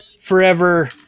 forever